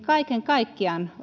kaiken kaikkiaan